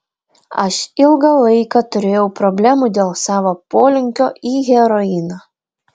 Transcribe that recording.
aš ilgą laiką turėjau problemų dėl savo polinkio į heroiną